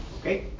Okay